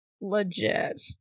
legit